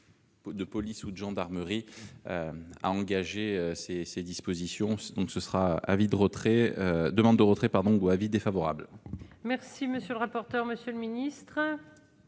de police ou de gendarmerie a engagé ces ces dispositions, donc ce sera : avis de retrait demande de retrait par Bongo : avis défavorable. Merci, monsieur le rapporteur, monsieur le ministre.